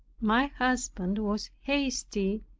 my husband was hasty,